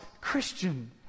Christian